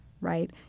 right